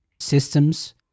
systems